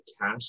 cash